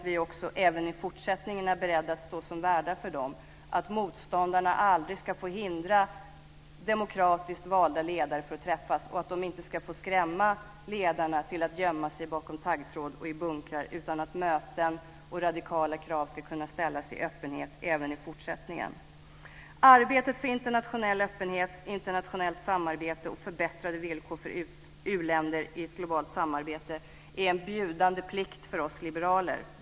Vi måste även i fortsättningen vara beredda att stå för dem. Motståndarna ska aldrig få hindra demokratiskt valda ledare att träffas. De ska inte få skrämma ledarna till att gömma sig bekom taggtråd och i bunkrar. Möten ska kunna ske och radikala krav ska kunna ställas i öppenhet även i fortsättningen. Arbetet för internationell öppenhet, internationellt samarbete och förbättrade villkor för u-länder i ett globalt samarbete är en bjudande plikt för oss liberaler.